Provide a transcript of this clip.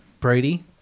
Brady